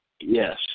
Yes